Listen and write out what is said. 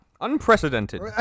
Unprecedented